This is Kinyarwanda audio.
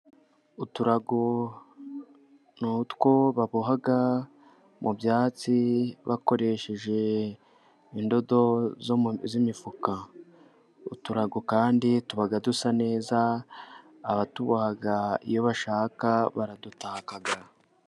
Uturago n'utwo baboha mu byatsi, bakoresheje indodo z'imifuka. Uturago kandi tuba dusa neza, abatuboha iyo bashaka baradutaka.